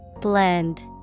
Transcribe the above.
Blend